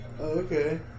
Okay